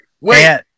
Wait